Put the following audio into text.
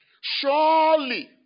surely